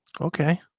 Okay